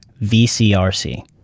VCRC